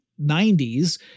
90s